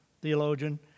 theologian